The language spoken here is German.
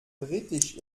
britisch